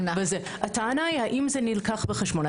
הטענה היא האם זה נלקח בחשבון,